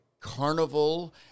carnival